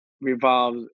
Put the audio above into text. revolves